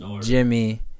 Jimmy